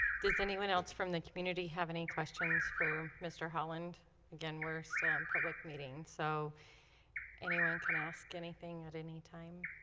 does anyone else from the community have any questions for mr. holland again we're still in public meeting so anyone can ask anything at any time?